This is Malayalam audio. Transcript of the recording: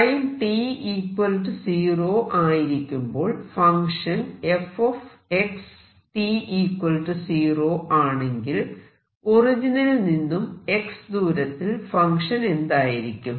ടൈം t 0 ആയിരിക്കുമ്പോൾ ഫങ്ക്ഷൻ f x t0 ആണെങ്കിൽ ഒറിജിനിൽ നിന്നും x ദൂരത്തിൽ ഫങ്ക്ഷൻ എന്തായിരിക്കും